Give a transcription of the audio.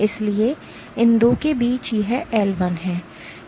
इसलिए इन 2 के बीच यह L1 है